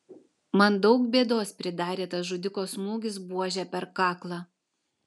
man daug bėdos pridarė tas žudiko smūgis buože per kaklą